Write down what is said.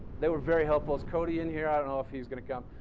they were very helpful. is cody in here? i don't know if he's going to come.